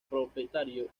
propietario